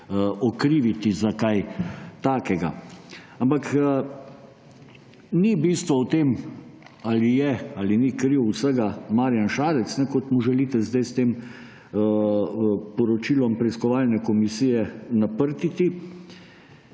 okriviti za kaj takega. Ampak ni bistvo v tem, ali je ali ni kriv vsega Marjan Šarec, kot mu želite sedaj s tem poročilom preiskovalne komisije naprtiti.